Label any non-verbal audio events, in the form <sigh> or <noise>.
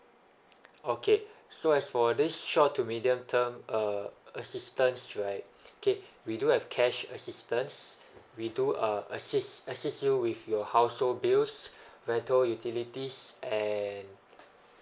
okay so as for this short to medium term uh assistance right okay we do have cash assistance we do uh assist assist you with your household bills <breath> rental utilities and